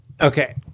okay